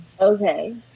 Okay